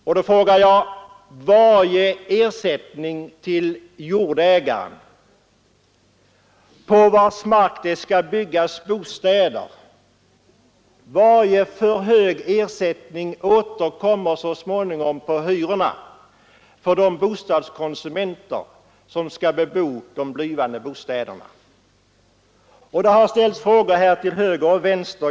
Och varje för hög ersättning till jordägare, på vars mark det skall byggas bostäder, återkommer så småningom på hyrorna för de bostadskonsumenter som skall bebo de blivande bostäderna. Det har ställts frågor här till höger och vänster.